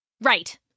Right